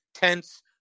tense